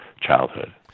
childhood